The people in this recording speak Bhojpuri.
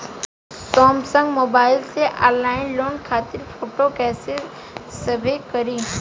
सैमसंग मोबाइल में ऑनलाइन लोन खातिर फोटो कैसे सेभ करीं?